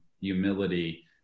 humility